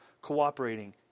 cooperating